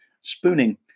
spooning